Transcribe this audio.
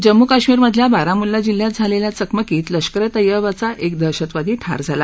जम्मू कश्मीरमधल्या बारामुल्ला जिल्ह्यात झालेल्या चकमकीत लष्कर ए तय्यवाचा एक दहशतवादी ठार झाला